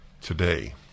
today